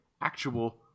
actual